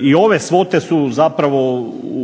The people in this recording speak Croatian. i ove svote su zapravo,